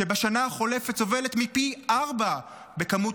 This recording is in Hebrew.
שבשנה החולפת סובלת פי ארבעה בכמות